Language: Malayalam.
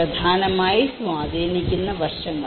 പ്രധാനമായി സ്വാധീനിക്കുന്ന വശങ്ങൾ